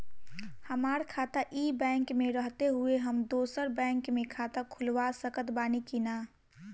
हमार खाता ई बैंक मे रहते हुये हम दोसर बैंक मे खाता खुलवा सकत बानी की ना?